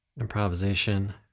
improvisation